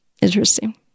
Interesting